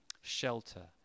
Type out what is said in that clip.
Shelter